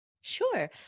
Sure